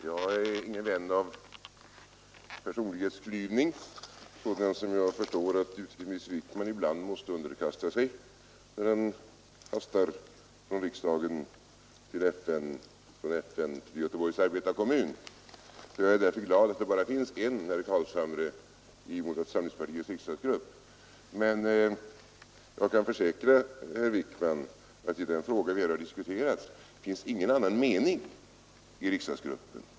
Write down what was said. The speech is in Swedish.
Herr talman! Jag är ingen vän av personlighetsklyvning, något som jag förstår att utrikesminister Wickman ibland måste underkasta sig när han hastar från riksdagen till FN, från FN till Göteborgs Arbetarekommun, Jag är därför glad att det bara finns en herr Carlshamre i moderata samlingspartiets riksdagsgrupp. Men jag kan försäkra herr Wickman att det i den fråga vi här diskuterar inte finns någon annan mening i riksdagsgruppen.